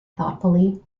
thoughtfully